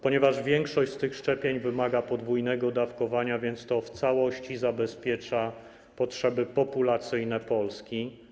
Ponieważ większość tych szczepień wymaga podwójnego dawkowania, więc to w całości zabezpiecza potrzeby populacyjne Polski.